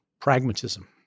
pragmatism